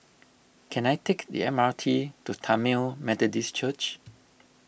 Can I take the M R T to Tamil Methodist Church